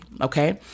Okay